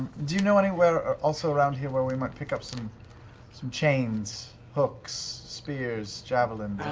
do you know anywhere also around here where we might pick up some some chains, hooks, spears, javelins?